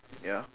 ya